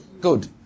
Good